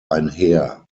einher